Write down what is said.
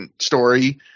story